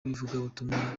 w’ivugabutumwa